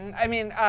i mean,